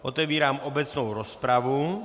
Otevírám obecnou rozpravu.